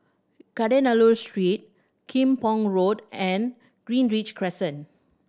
Kadayanallur Street Kim Pong Road and Greenridge Crescent